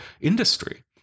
industry